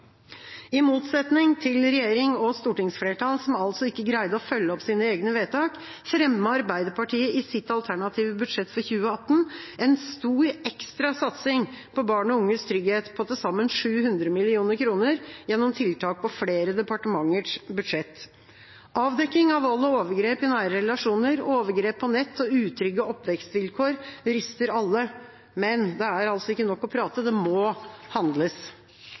I motsetning til regjeringa og stortingsflertallet, som altså ikke greide å følge opp sine egne vedtak, fremmet Arbeiderpartiet i sitt alternative budsjett for 2018 en stor ekstra satsing på barn og unges trygghet på til sammen 700 mill. kr gjennom tiltak på flere departementers budsjett. Avdekking av vold og overgrep i nære relasjoner, overgrep på nett og utrygge oppvekstvilkår ryster alle. Men det er altså ikke nok å prate, det må handles.